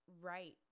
Right